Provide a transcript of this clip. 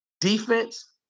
defense